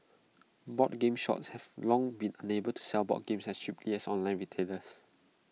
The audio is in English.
board game shops have long been unable to sell board games as cheaply as online retailers